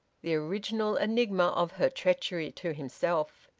the original enigma of her treachery to himself.